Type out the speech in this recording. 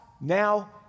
now